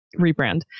rebrand